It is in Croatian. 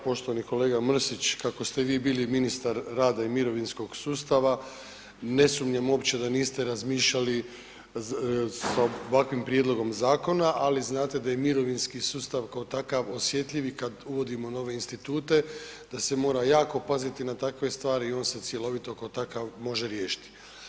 Poštovani kolega Mrsić kako ste vi bili ministar rada i mirovinskog sustava ne sumnjam uopće da niste razmišljali s ovakvim prijedlogom zakona, ali znate da je mirovinski sustav kao takav osjetljivi kad uvodimo nove institute, da se mora jako paziti na takve stvari i on se cjelovito kao takav može riješiti.